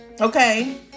Okay